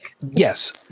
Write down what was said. Yes